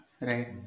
right